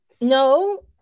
no